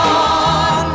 on